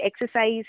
exercise